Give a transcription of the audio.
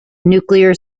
nuclear